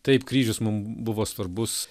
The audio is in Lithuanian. taip kryžius mum buvo svarbus